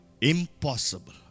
impossible